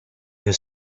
your